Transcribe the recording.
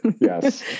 Yes